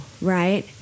right